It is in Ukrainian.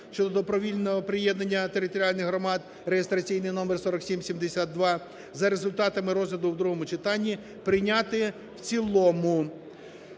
(щодо добровільного приєднання територіальних громад) (реєстраційний номер 4772) за результатами розгляду в другому читанні прийняти в цілому.